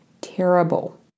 terrible